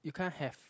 you can't have